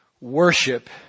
worship